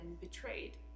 betrayed